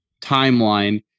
timeline